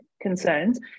concerns